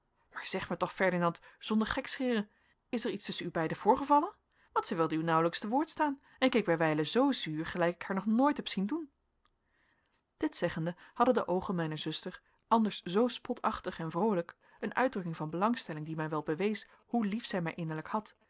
maar zeg mij toch ferdinand zonder gekscheren is er iets tusschen u beiden voorgevallen want ze wilde u nauwelijks te woord staan en keek bij wijlen zoo zuur gelijk ik haar nog nooit heb zien doen dit zeggende hadden de oogen mijner zuster anders zoo spotacbtig en vroolijk een uitdrukking van belangstelling die mij wel bewees hoe lief zij mij innerlijk had